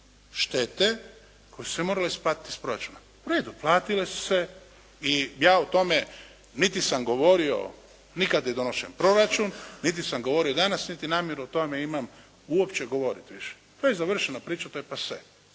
šteta koje su se morale izbaciti iz proračuna, u redu, platile su se, i ja o tome niti sam govorio ni kada je donošen proračun, niti sam govorio danas, niti namjeru o tome imam uopće govoriti više, to je završena priča to je